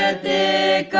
ah the